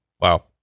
wow